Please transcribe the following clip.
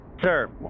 Sir